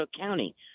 County